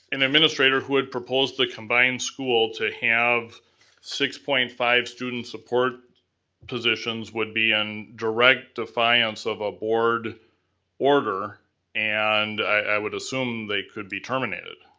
an administrator who had proposed the combined school to have six point five student support positions would be in direct defiance of a board order and i would assume they could be terminated.